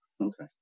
okay